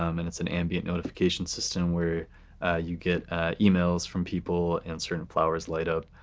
um and it's an ambient notification system, where you get ah emails from people and certain flowers light up.